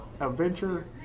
adventure